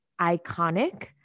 iconic